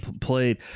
played